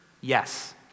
yes